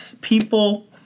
people